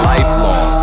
Lifelong